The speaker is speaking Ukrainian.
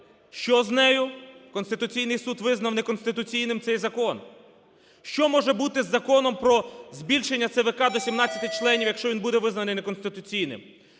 що з нею? Конституційний Суд визнав неконституційним цей закон. Що може бути з Законом про збільшення ЦВК до 17 членів, якщо він буде визнаний неконституційним?